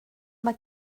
mae